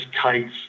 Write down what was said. kites